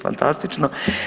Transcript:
Fantastično!